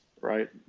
right